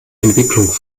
entwicklung